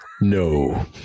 No